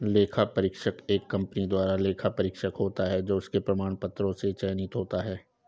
लेखा परीक्षक एक कंपनी द्वारा लेखा परीक्षक होता है जो उसके प्रमाण पत्रों से चयनित होता है